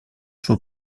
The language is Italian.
suo